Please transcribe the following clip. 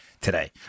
today